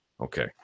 Okay